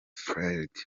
fields